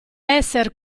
esser